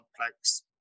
complex